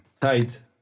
Tight